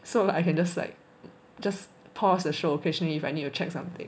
so I can just like just pause the show occasionally if I need to check something